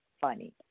funny